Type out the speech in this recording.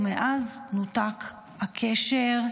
ומאז נותק הקשר.